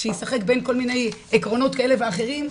שישחק בין כל מיני עקרונות כאלה ואחרים,